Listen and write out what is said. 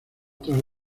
tras